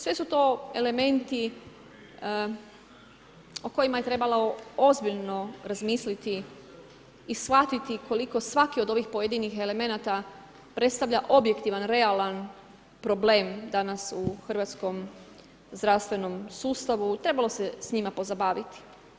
Sve su to elementi o kojima je trebalo ozbiljno razmisliti i shvatiti koliko svaki od ovih pojedinih elemenata predstavlja objektivan realan problem danas u hrvatskom zdravstvenom sustavu, trebalo se s njima pozabaviti.